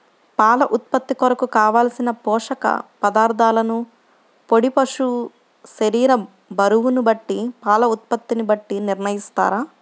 పాల ఉత్పత్తి కొరకు, కావలసిన పోషక పదార్ధములను పాడి పశువు శరీర బరువును బట్టి పాల ఉత్పత్తిని బట్టి నిర్ణయిస్తారా?